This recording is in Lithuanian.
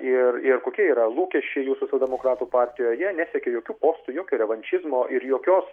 ir ir kokie yra lūkesčiai jų socialdemokratų partijoje jie nesiekė jokių postų jokių revanšizmo ir jokios